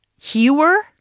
hewer